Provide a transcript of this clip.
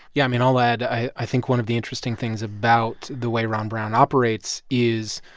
yeah mean, i'll add, i i think one of the interesting things about the way ron brown operates is,